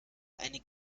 eine